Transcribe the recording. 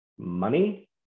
money